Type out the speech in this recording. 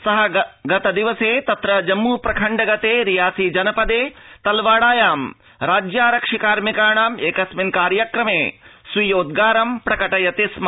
सः गतदिवसे तत्र जम्मू प्रखण्ड गते रियासी जनपदे तलवाड़ायां राज्यारक्षि कार्मिकाणाम् एकस्मिन् कार्यक्रमे स्वीयोद्वारं प्रकटयति स्म